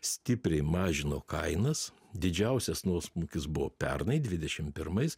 stipriai mažino kainas didžiausias nuosmukis buvo pernai dvidešim pirmais